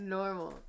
normal